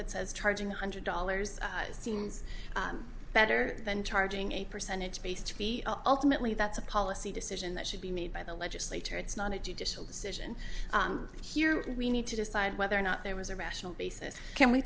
that says charging one hundred dollars seems better than charging a percentage based ultimately that's a policy decision that should be made by the legislature it's not a judicial decision here we need to decide whether or not there was a rational basis can we